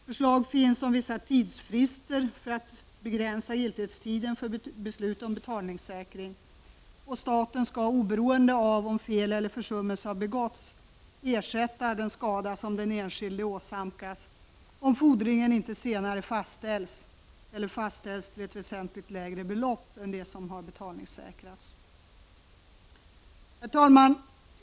Förslag finns om vissa tidsfrister för att begränsa giltighetstiden för beslut om betalningssäkring. Staten skall, oberoende av om fel eller försummelse har begåtts, ersätta den skada som den enskilde åsamkas, om fordringen inte senare fastställs eller fastställs till ett väsentligt lägre belopp än det som har betalningssäkrats. 151 Herr talman!